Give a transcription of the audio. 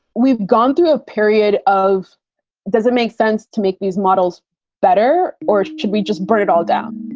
we've gone through a period of does it make sense to make these models better or should we just bring it all down?